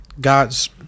God's